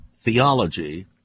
theology